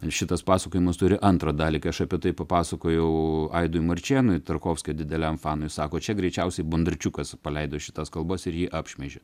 šitas pasakojimas turi antrą dalį kai aš apie tai papasakojau aidui marčėnui tarkovskio dideliam fanui sako čia greičiausiai bunderčiukas paleido šitas kalbas ir jį apšmeižė